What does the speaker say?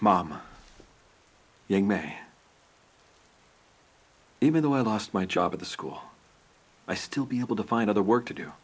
in may even though i lost my job at the school i still be able to find other work to do